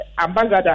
ambassador